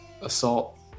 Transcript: assault